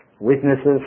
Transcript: witnesses